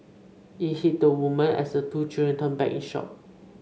it hit the woman as the two children turned back in shock